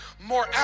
more